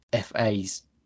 FA's